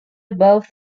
above